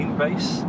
base